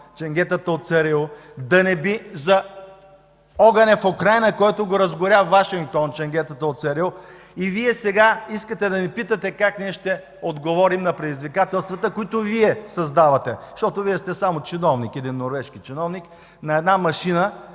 ченгетата от ЦРУ? Да не би за огъня в Украйна, който го разгоря Вашингтон – ченгетата от ЦРУ? И Вие сега искате да ни питате как ние ще отговорим на предизвикателствата, които Вие създавате, защото Вие сте само чиновник, един норвежки чиновник на една машина,